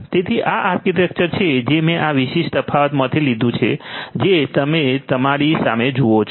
તેથી આ આર્કિટેક્ચર છે જે મેં આ વિશિષ્ટ તફાવતમાંથી લીધું છે જે તમે તમારી સામે જુઓ છો